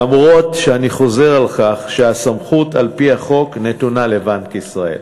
אף-על-פי שאני חוזר על כך שהסמכות על-פי החוק נתונה לבנק ישראל.